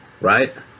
right